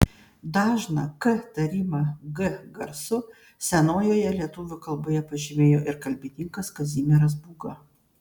dažną k tarimą g garsu senojoje lietuvių kalboje pažymėjo ir kalbininkas kazimieras būga